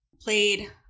played